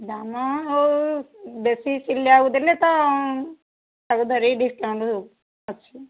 ଦାମ୍ ହଉ ବେଶୀ ସିଲେଇଆକୁ ଦେଲେ ତ ତାକୁ ଧରିକି ଡିସକାଉଣ୍ଟ୍ ଅଛି